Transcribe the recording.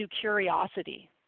curiosity